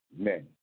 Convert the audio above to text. Amen